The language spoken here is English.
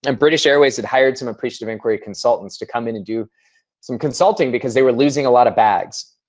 and british airways had hired some appreciative inquiry consultants to come in and do some consulting because they were losing a lot of bags.